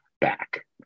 back